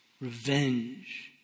revenge